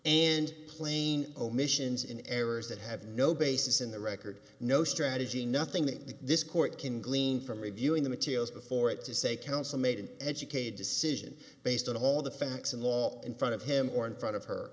and plain omissions in errors that have no basis in the record no strategy nothing that this court can glean from reviewing the materials before it to say counsel made an educated decision based on all the facts and law in front of him or in front of her